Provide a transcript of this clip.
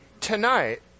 Tonight